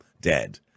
dead